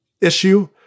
issue